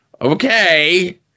Okay